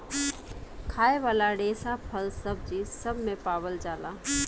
खाए वाला रेसा फल, सब्जी सब मे पावल जाला